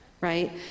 right